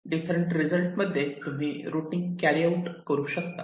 different result मध्ये तुम्ही routing carry out करू शकतात